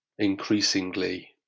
increasingly